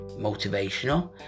motivational